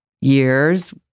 years